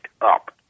up